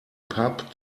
pub